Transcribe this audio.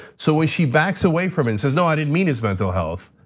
so when she backs away from and says, no, i didn't mean his mental health.